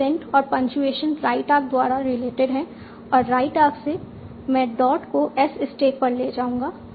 अब सेंट और punctuation right arc द्वारा रिलेटेड हैं और राइट आर्क से मैं डॉट को S स्टैक पर ले जाऊंगा